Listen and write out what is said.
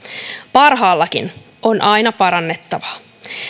parhaallakin on aina parannettavaa